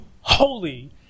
holy